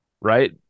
right